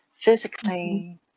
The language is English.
physically